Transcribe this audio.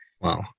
Wow